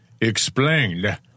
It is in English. Explained